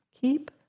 keep